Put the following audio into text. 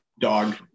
Dog